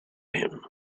him